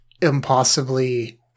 impossibly